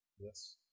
yes